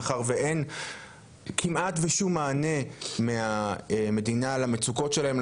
מאחר ואין כמעט שום מענה מהמדינה למצוקות שלהם,